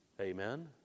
Amen